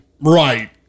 Right